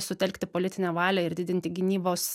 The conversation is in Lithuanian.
sutelkti politinę valią ir didinti gynybos